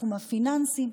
תחום הפיננסים.